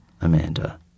Amanda